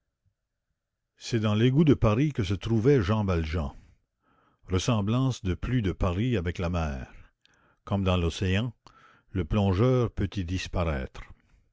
c'est dans l'égout de paris que se trouvait jean valjean ressemblance de plus de paris avec la mer comme dans l'océan le plongeur peut y disparaître